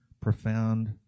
profound